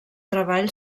treball